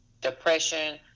depression